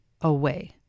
away